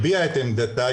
הביעה את עמדתה,